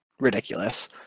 ridiculous